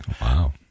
wow